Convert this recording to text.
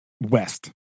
west